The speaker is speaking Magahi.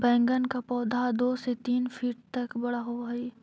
बैंगन का पौधा दो से तीन फीट तक बड़ा होव हई